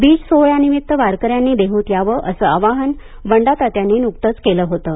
बीज सोहळ्यानिमित्त वारकऱ्यांनी देहूत यावं असं आवाहन बंडातात्यांनी नुकतंच केलं होतं